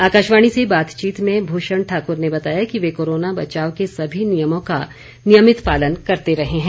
आकाशवाणी से बातचीत में भूषण ठाकुर ने बताया कि वे कोरोना बचाव के सभी नियमों का नियमित पालन करते रहे हैं